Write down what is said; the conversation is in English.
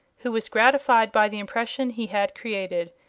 who was gratified by the impression he had created.